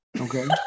Okay